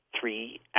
three